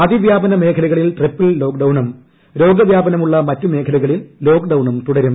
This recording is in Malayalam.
അതി വ്യാപന മേഖലകളിൽ ട്രിപ്പിൾ ലോക്ഡൌണും രോഗ വ്യാപനമുള്ള മറ്റ് മേഖലകളിൽ ലോക്ഡൌണും തുടരും